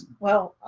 well,